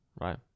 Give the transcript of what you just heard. right